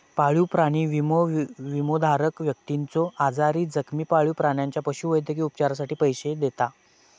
पाळीव प्राणी विमो, विमोधारक व्यक्तीच्यो आजारी, जखमी पाळीव प्राण्याच्या पशुवैद्यकीय उपचारांसाठी पैसो देता